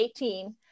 2018